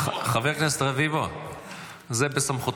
ותרגיש את זה קשה